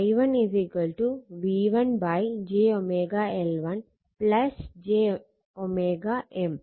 i1 v1 j L1 j M